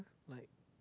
like